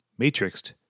matrixed